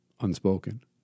unspoken